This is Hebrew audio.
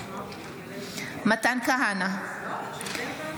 משתתפת בהצבעה מתן כהנא,